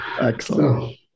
Excellent